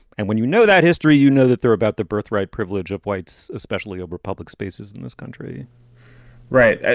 and when you know that history, you know that they're about the birthright privilege of whites, especially over public spaces in this country right.